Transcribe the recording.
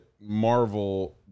Marvel